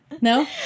No